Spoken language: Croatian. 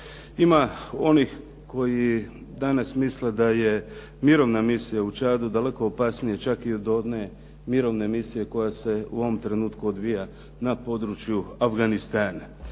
Ima onih koji danas misle da je mirovna misija u Čadu daleko opasnije čak i od one mirovne misije koja se u ovom trenutku odvija na području Afganistana.